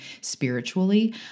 spiritually